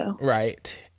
Right